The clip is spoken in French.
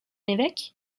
évêque